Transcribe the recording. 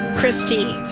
Christie